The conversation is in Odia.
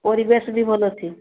ପରିବେଶ ବି ଭଲ ଅଛି